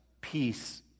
peace